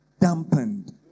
Dampened